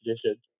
tradition